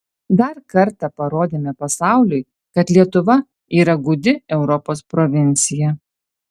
dar kartą parodėme pasauliui kad lietuva yra gūdi europos provincija